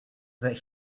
that